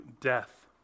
death